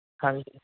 ਹਾਂਜੀ